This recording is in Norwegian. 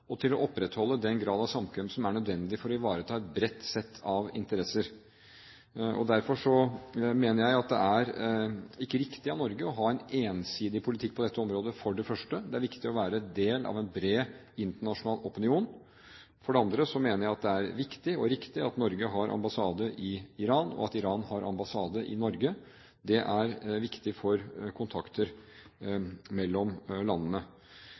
og til å opprettholde den grad av samkvem som er nødvendig for å ivareta et bredt sett av interesser. Derfor mener jeg for det første at det ikke er riktig av Norge å ha en ensidig politikk på dette området, det er viktig å være en del av en bred internasjonal opinion. For det andre mener jeg at det er viktig og riktig at Norge har ambassade i Iran, og at Iran har ambassade i Norge. Det er viktig for kontakter mellom landene.